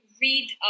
read